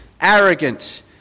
arrogant